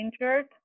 injured